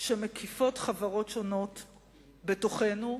שמקיפות חברות שונות בתוכנו,